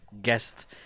guest